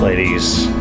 Ladies